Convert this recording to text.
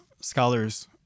scholars